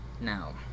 Now